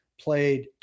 played